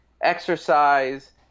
exercise